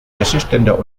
wäscheständer